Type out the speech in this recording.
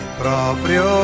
proprio